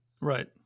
Right